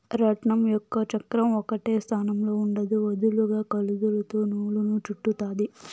రాట్నం యొక్క చక్రం ఒకటే స్థానంలో ఉండదు, వదులుగా కదులుతూ నూలును చుట్టుతాది